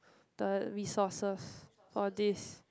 the resources for this